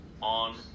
on